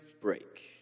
break